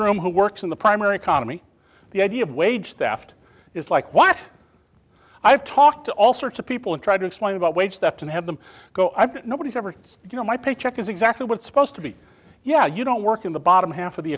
room who works in the primary economy the idea of wage theft is like what i have talked to all sorts of people and try to explain about wage theft and have them go i've been nobody's ever you know my paycheck is exactly what's supposed to be yeah you don't work in the bottom half of the